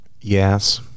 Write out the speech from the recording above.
Yes